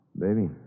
Baby